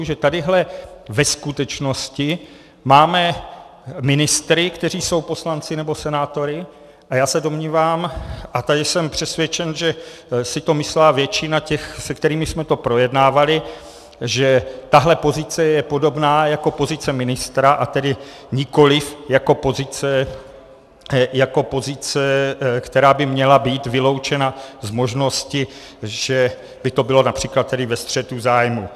Že tady ve skutečnosti máme ministry, kteří jsou poslanci nebo senátory, a já se domnívám, a tady jsem přesvědčen, že si to myslela většina těch, se kterými jsme to projednávali, že tahle pozice je podobná jako pozice ministra, a tedy nikoliv jako pozice, která by měla být vyloučena z možnosti, že by to bylo například tedy ve střetu zájmů.